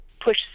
push